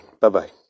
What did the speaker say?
Bye-bye